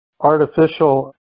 artificial